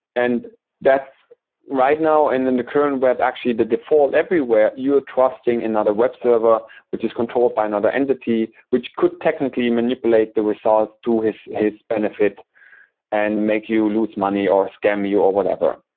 and that's right now and in the current web, actually the default everywhere, you're ah trusting another web server which is controlled by another entity which could technically manipulate the results to his his benefit and make you lose money or scam you or whatever.